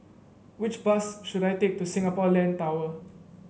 which bus should I take to Singapore Land Tower